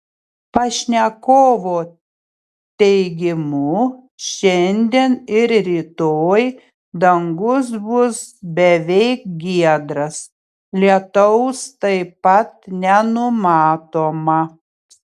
pašnekovo teigimu šiandien ir rytoj dangus bus beveik giedras lietaus taip pat nenumatoma